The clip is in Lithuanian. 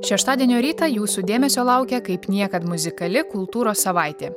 šeštadienio rytą jūsų dėmesio laukia kaip niekad muzikali kultūros savaitė